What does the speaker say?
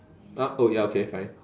!huh! oh ya okay fine